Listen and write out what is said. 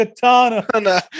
Katana